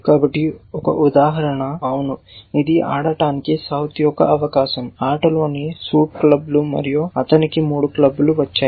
కాబట్టి 1 ఉదాహరణ అవును ఇది ఆడటానికి "సౌత్" యొక్క అవకాశం ఆటలోని సూట్ క్లబ్బులు మరియు అతనికి 3 క్లబ్లు వచ్చాయి